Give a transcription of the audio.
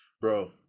bro